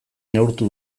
neurtu